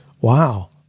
wow